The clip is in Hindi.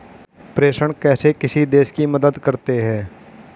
प्रेषण कैसे किसी देश की मदद करते हैं?